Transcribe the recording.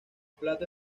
plato